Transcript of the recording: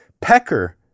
Pecker